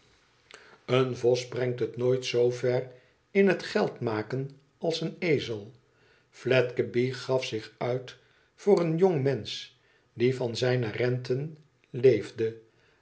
ëen vos brengt het nooit zoo ver in het geldmaken als een ezel fiedgeby gaf zich uit voor een jongmensch die van zijne renten leefde